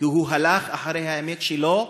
והוא הלך אחרי האמת שלו,